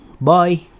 Bye